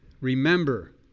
remember